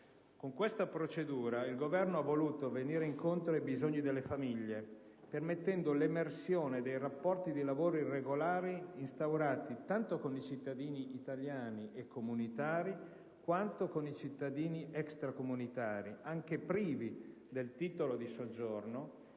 Con tale procedura, il Governo ha voluto venire incontro ai bisogni delle famiglie, permettendo l'emersione dei rapporti di lavoro irregolari instaurati tanto con cittadini italiani e comunitari, quanto con cittadini extracomunitari, anche privi del titolo di soggiorno,